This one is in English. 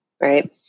right